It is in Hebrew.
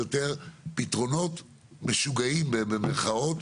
פתרונות משוגעים במירכאות,